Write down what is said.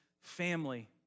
family